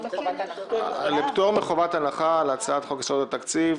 פטור מחובת הנחה להצעת חוק יסודות התקציב,